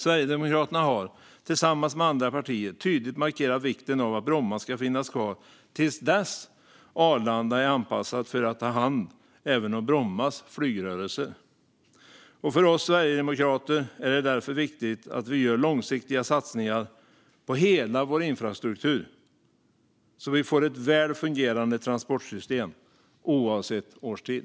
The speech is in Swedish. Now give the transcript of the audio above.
Sverigedemokraterna har tillsammans med andra partier tydligt markerat vikten av att Bromma finns kvar till dess att Arlanda är anpassat för att även ta hand om Brommas flygrörelser. För oss sverigedemokrater är det därför viktigt att det görs långsiktiga satsningar inom hela infrastrukturen så att vi får ett väl fungerande transportsystem oavsett årstid.